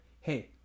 Hey